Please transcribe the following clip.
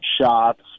shots